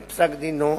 בפסק-דינו,